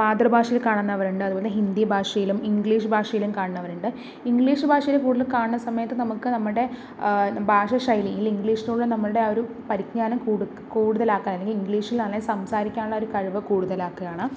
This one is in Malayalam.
മാതൃഭാഷയിൽ കാണുന്നവരുണ്ട് അത്പോലെ ഹിന്ദി ഭാഷയിലും ഇംഗ്ലീഷ് ഭാഷയിലും കാണുന്നവരുണ്ട് ഇംഗ്ലീഷ് ഭാഷയിൽ കൂടുതൽ കാണുന്ന സമയത്ത് നമുക്ക് നമ്മുടെ ഭാഷാശൈലിയിൽ അല്ലെങ്കിൽ ഇംഗ്ലീഷിനോടുള്ള ആ ഒരു പരിജ്ഞാനം കൂടും കൂടുതലാക്കാൻ അല്ലെങ്കിൽ ഇംഗ്ലീഷിൽ നന്നായി സംസാരിക്കാനുള്ള ആ ഒരു കഴിവ് കൂടുതലാക്കാൻ